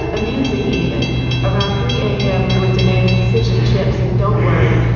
amusing. even around three a m. you were demanding fish and chips. and don't worry.